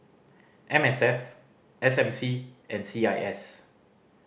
M S F S M C and C I S